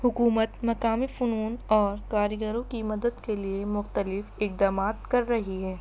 حکومت مقامی فنون اور کاریگروں کی مدد کے لیے مختلف اقدامات کر رہی ہے